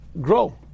grow